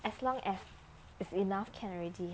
as long as it's enough can already